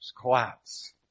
collapse